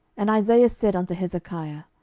and isaiah said unto hezekiah,